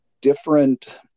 Different